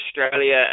Australia